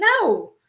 No